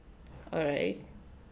alright